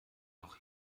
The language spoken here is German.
noch